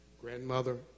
Grandmother